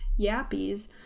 Yappies